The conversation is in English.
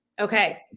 Okay